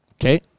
Okay